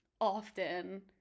often